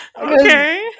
Okay